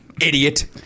idiot